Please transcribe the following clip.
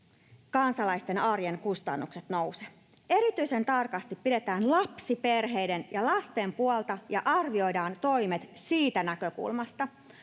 kansalaisten arjen kustannukset nouse. Erityisen tarkasti pidetään lapsiperheiden ja lasten puolta ja arvioidaan toimet siitä näkökulmasta.